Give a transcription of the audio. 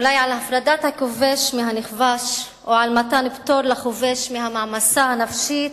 אולי על הפרדת הכובש מהנכבש או על מתן פטור לכובש מהמעמסה הנפשית,